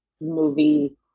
movie